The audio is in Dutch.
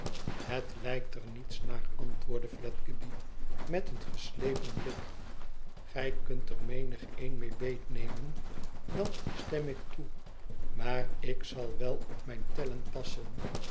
ihet lijkt er niets naar antwoordde fledgeby met een geslepen blik gij kunt er menigeen mee beethebben dat stem ik toe maar ik zal wel op mijn tellen passen